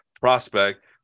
prospect